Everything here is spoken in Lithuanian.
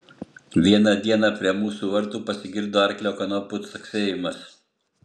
vieną dieną prie mūsų vartų pasigirdo arklio kanopų caksėjimas